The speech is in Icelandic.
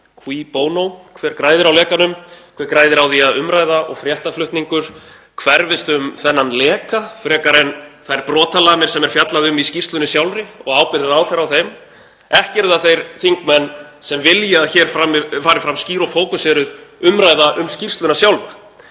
Cui bono? Hver græðir á lekanum? Hver græðir á því að umræða og fréttaflutningur hverfist um þennan leka frekar en þær brotalamir sem er fjallað um í skýrslunni sjálfri og ábyrgð ráðherra á þeim? Ekki eru það þeir þingmenn sem vilja að hér fari fram skýr og fókuseruð umræða um skýrsluna sjálfa.